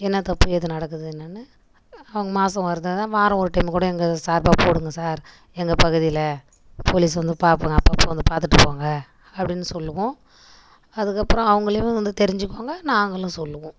என்ன தப்பு ஏது நடக்குது என்னன்னு அவங்க மாதம் ஒரு தடவை வாரம் ஒரு டைம் கூட எங்கள் சார்பாக போடுங்க சார் எங்கள் பகுதியில் போலீஸ் வந்து பார்ப்பாங்க அப்பப்போ வந்து பார்த்துட்டு போங்கள் அப்படினு சொல்வோம் அதுக்கு அப்புறம் அவங்களாவும் வந்து தெரிஞ்சுக்குவாங்க நாங்களும் சொல்வோம்